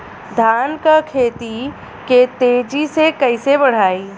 धान क खेती के तेजी से कइसे बढ़ाई?